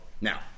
Now